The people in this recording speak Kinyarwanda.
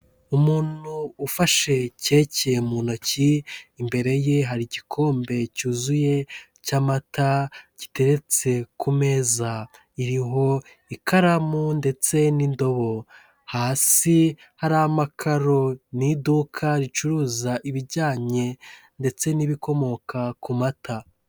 Umuntu ufashe keke mu ntoki, imbere ye hari igikombe cyuzuye cy'amata, giteretse ku meza iriho ikaramu ndetse n'indobo. Hasi hari amakaro. Ni iduka ricuruza ibijyanye, ndetse n'ibikomoka ku mata.